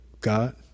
God